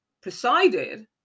presided